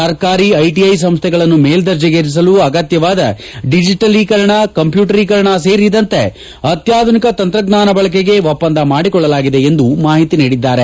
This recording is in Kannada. ಸರ್ಕಾರಿ ಐಟಿಐ ಸಂಸ್ಥೆಗಳನ್ನು ಮೇಲ್ಲರ್ಜೆಗೇರಿಸಲು ಅಗತ್ಯವಾದ ಡಿಜೆಟಲೀಕರಣ ಕಂಪ್ಲೂಟರೀಕರಣ ಸೇರಿ ಅತ್ಲಾಧುನಿಕ ತಂತ್ರಾಜ್ನಾನದ ಬಳಕೆಗೆ ಒಪ್ಪಂದ ಮಾಡಿಕೊಳ್ಳಲಾಗಿದೆ ಎಂದು ಮಾಹಿತಿ ನೀಡಿದ್ದಾರೆ